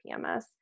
PMS